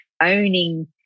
owning